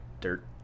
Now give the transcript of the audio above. dirt